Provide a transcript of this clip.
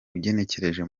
ugenekereje